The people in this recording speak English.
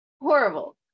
horrible